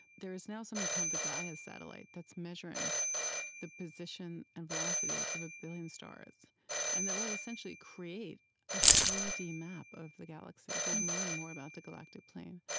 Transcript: there is now something called the gaia satellite that's measuring the position and velocities of a billion stars and that will essentially create a three d map of the galaxy. we'll learn more about the galactic plane.